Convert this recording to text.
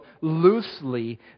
loosely